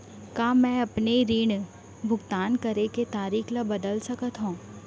का मैं अपने ऋण भुगतान करे के तारीक ल बदल सकत हो?